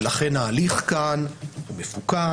ולכן ההליך כאן הוא מפוקח,